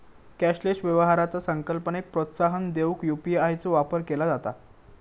cashless व्यवहाराचा संकल्पनेक प्रोत्साहन देऊक यू.पी.आय चो वापर केला जाता